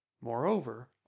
Moreover